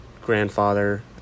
grandfather